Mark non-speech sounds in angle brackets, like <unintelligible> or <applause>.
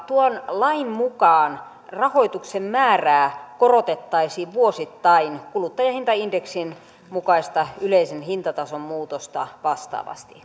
tuon lain mukaan rahoituksen määrää korotettaisiin vuosittain kuluttajahintaindeksin mukaista yleisen hintatason muutosta vastaavasti <unintelligible>